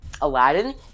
Aladdin